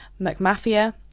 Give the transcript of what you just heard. McMafia